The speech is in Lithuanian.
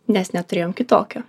nes neturėjom kitokio